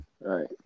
right